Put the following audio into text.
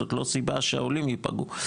זו לא סיבה שהעולים ייפגעו.